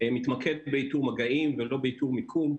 הייתי מתמקד באיתור מגעים ולא איתור מיקום.